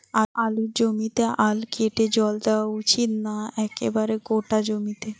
আলুর জমিতে আল কেটে জল দেওয়া উচিৎ নাকি একেবারে গোটা জমিতে?